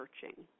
searching